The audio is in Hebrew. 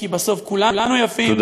כי בסוף כולנו יפים,